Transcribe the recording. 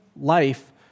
life